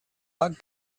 bug